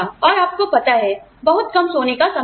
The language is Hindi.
और आपको पता है बहुत कम सोने का समय है